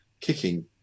kicking